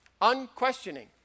Unquestioning